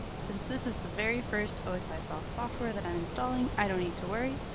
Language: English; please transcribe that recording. since this is the very first osisoft software that i'm installing, i don't need to worry.